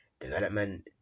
development